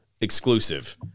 exclusive